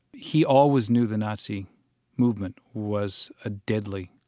he always knew the nazi movement was a deadly,